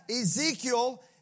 Ezekiel